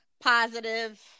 positive